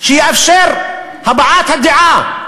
שתתאפשר הבעת דעה.